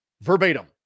Verbatim